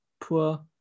poor